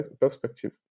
perspective